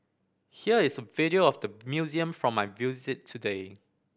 here is a video of the museum from my today